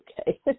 Okay